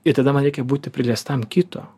ir tada man reikia būti priliestam kito